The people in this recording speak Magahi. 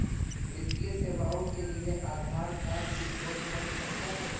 वित्तीय सेवाओं के लिए आधार कार्ड की जरूरत पड़ सकता है?